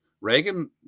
Reagan